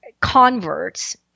converts